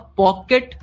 pocket